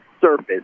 surface